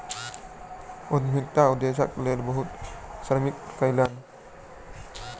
उद्यमक उदेश्यक लेल ओ बहुत परिश्रम कयलैन